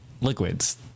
liquids